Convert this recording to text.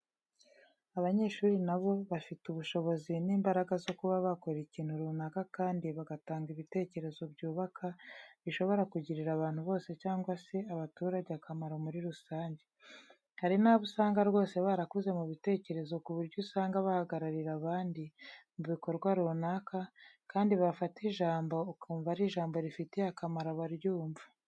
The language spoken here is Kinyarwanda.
Abanyeshuri nabo bafite ubushobozi n'imbaraga zo kuba bakora ikintu runaka kandi bagatanga ibitekerezo byubaka bishobora kugirira abantu bose cyangwa se abaturage akamaro muri rusange. Hari nabo usanga rwose barakuze mu bitekerezo ku buryo usanga bahagararira abandi mu bikorwa runaka kandi bafata ijambo ukumva ari ijambo rifitiye akamaro abaryumwa.